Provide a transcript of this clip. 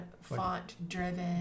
font-driven